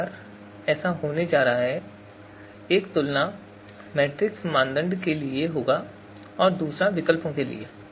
एक बार ऐसा हो जाने पर एक तुलना मैट्रिक्स मानदंड के लिए होगा और दूसरा विकल्प के लिए होगा